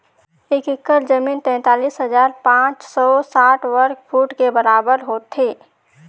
एक एकड़ जमीन तैंतालीस हजार पांच सौ साठ वर्ग फुट के बराबर होथे